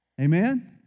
Amen